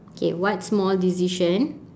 okay what small decision